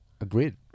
Agreed